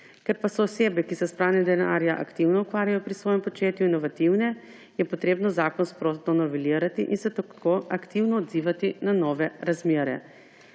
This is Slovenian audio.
Ker pa so osebe, ki se s pranjem denarja aktivno ukvarjajo, pri svojem početju inovativne, je potrebno zakon sprotno novelirati in se tako aktivno odzivati na nove razmere.